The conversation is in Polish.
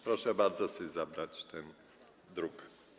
Proszę bardzo sobie zabrać ten druk.